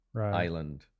island